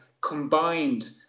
combined